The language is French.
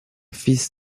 fils